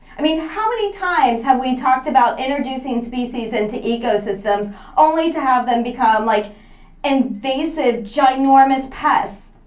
i mean, how many times have we talked about introducing and species into ecosystems only to have them become like invasive, ginormous pests?